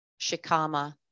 Shikama